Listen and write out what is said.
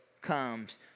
comes